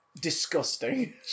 disgusting